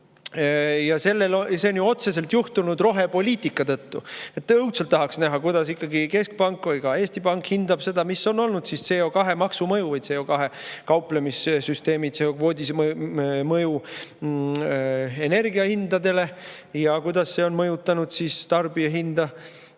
See on otseselt juhtunud rohepoliitika tõttu. Õudselt tahaks näha, kuidas ikkagi keskpank või ka Eesti Pank hindab seda, mis on olnud CO2‑maksu mõju või CO2‑ga kauplemise süsteemi, CO2-kvoodi mõju energia hindadele ja kuidas see on mõjutanud tarbijahindu.